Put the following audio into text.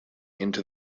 into